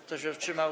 Kto się wstrzymał?